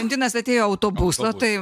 vadinas atėjo autobuso tai